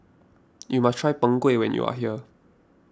you must try Png Kueh when you are here